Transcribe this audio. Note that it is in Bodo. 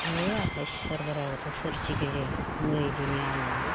हे आफा इसोर बोराइ बाथौ सोरजिगिरि नै दिनै आङो